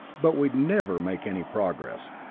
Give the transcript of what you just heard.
but we'd never make any progress.